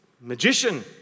magician